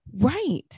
right